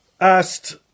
asked